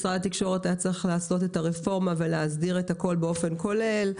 משרד התקשורת היה צריך לעשות את הרפורמה ולהסדיר את הכול באופן כולל.